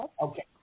Okay